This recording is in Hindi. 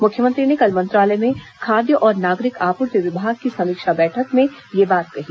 मुख्यमंत्री ने कल मंत्रालय में खाद्य और नागरिक आपूर्ति विभाग की समीक्षा बैठक में यह बात कही